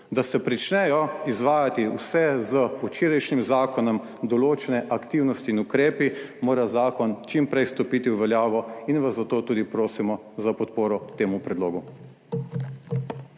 Da se začnejo izvajati vse z včerajšnjim zakonom določene aktivnosti in ukrepi, mora zakon čim prej stopiti v veljavo in vas zato tudi prosimo za podporo temu predlogu.